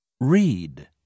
Read